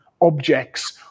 objects